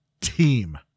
team